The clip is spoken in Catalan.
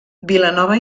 vilanova